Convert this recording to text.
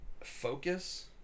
focus